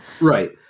right